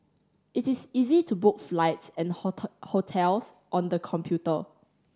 it is easy to book flights and hotels on the computer